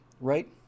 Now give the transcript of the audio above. right